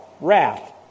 wrath